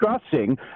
discussing